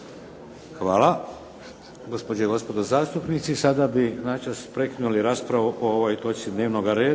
Hvala